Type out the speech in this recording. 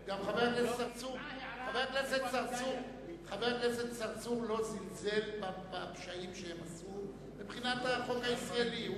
חבר הכנסת צרצור לא זלזל בפשעים שהם עשו מבחינת החוק הישראלי.